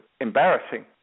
embarrassing